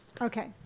Okay